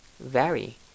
vary